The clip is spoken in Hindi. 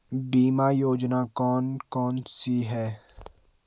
बीमा योजना कौन कौनसी हैं?